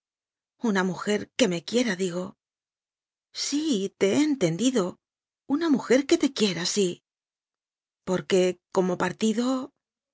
una mujer que me quiera digo sí te he entendido una mujer que te quiera sí porque como partido